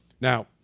Now